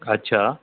अच्छा